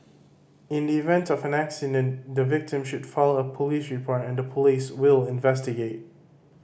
in the event of an accident the victim should file a police report and the Police will investigate